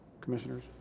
commissioners